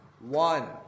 one